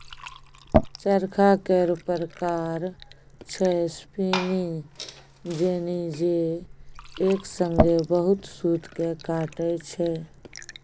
चरखा केर प्रकार छै स्पीनिंग जेनी जे एक संगे बहुत सुत केँ काटय छै